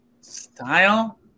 Style